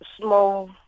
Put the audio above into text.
small